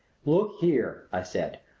look here! i said.